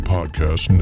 Podcast